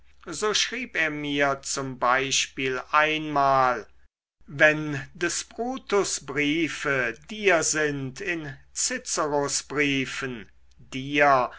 so schrieb er mir zum beispiel einmal wenn des brutus briefe dir sind in ciceros briefen dir